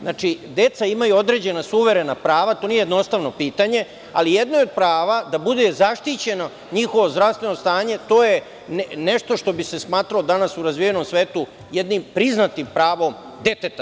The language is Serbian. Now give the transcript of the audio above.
Znači, deca, imaju određena suverena prava i to nije jednostavno pitanje, ali jedno je pravo da bude zaštićeno njihovo zdravstveno stanje i to je nešto što bi se smatralo danas u razvijenom svetu jednim priznatim pravom deteta.